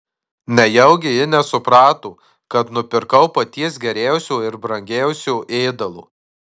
nejaugi ji nesuprato kad nupirkau paties geriausio ir brangiausio ėdalo